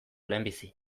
lehenbizi